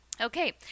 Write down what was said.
Okay